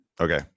okay